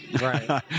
Right